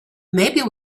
maybe